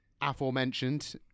aforementioned